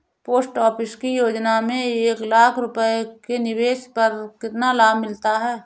Post office की योजना में एक लाख रूपए के निवेश पर कितना लाभ मिलता है?